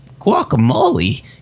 guacamole